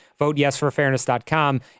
voteyesforfairness.com